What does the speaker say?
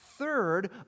Third